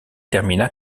termina